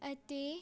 ਅਤੇ